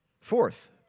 Fourth